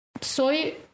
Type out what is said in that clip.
soy